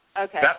Okay